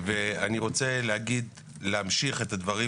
אני רוצה להמשיך את הדברים